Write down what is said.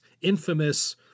infamous